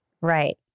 Right